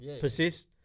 persist